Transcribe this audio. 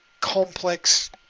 complex